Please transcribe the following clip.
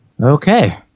Okay